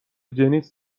جنیس